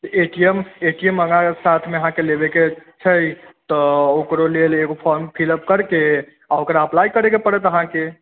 ए T M मंगा साथ मे अहाँके लेबे के छै तऽ ओकरो लेल एगो फॉर्म फिलअप करके आ ओकरा अप्लाई करय के पड़त अहाँके